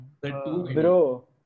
bro